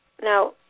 Now